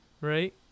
Right